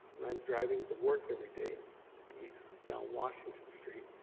when i'm driving to work every day down washington street,